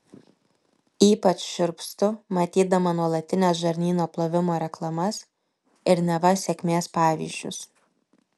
ypač šiurpstu matydama nuolatines žarnyno plovimo reklamas ir neva sėkmės pavyzdžius